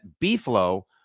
B-Flow